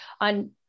on